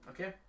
Okay